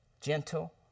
gentle